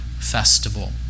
festival